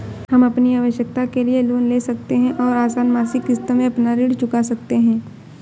हम अपनी आवश्कता के लिए लोन ले सकते है और आसन मासिक किश्तों में अपना ऋण चुका सकते है